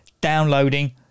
downloading